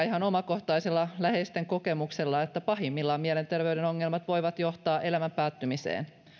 ihan omakohtaisella läheisten kokemuksella että pahimmillaan mielenterveyden ongelmat voivat johtaa elämän päättymiseen